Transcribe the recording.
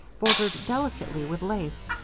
bordered delicately with lace,